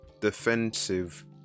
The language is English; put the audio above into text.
defensive